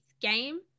game